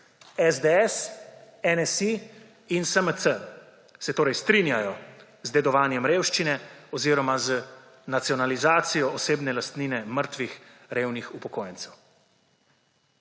SDS, NSi in SMC se torej strinjajo z dedovanjem revščine oziroma z nacionalizacijo osebne lastnine mrtvih, revnih upokojencev.